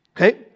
Okay